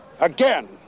Again